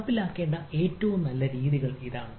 നടപ്പിലാക്കേണ്ട ഏറ്റവും നല്ല രീതികൾ ഇതാണ്